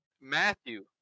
Matthew